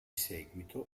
seguito